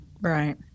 Right